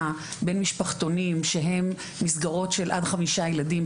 בין משפחתונים שהם מסגרות של עד חמישה ילדים,